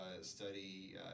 study